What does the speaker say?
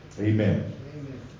Amen